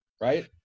right